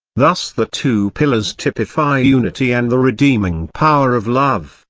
thus the two pillars typify unity and the redeeming power of love,